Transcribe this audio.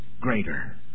greater